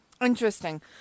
Interesting